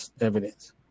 evidence